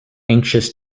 anxious